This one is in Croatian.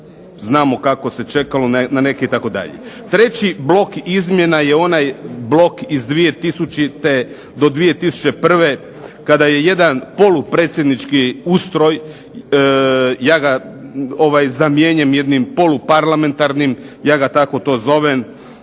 Znamo kako se čekalo na neke itd. Treći blok izmjena je onaj blok iz 2000. do 2001. kada je jedan polupredsjednički ustroj, ja ga zamjenjujem jednim polu parlamentarnim, ja ga tako to zovem,